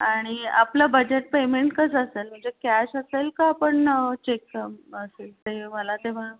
आणि आपलं budget payment कसं असेल म्हणजे कॅश असेल का आपण चेक असेल ते मला तेव्हा